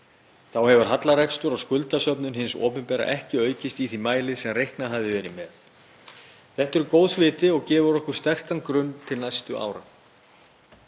Þá hefur hallarekstur og skuldasöfnun hins opinbera ekki aukist í þeim mæli sem reiknað hafði verið með. Það er góðs viti og gefur okkur sterkan grunn til næstu ára.